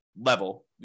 level